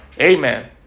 Amen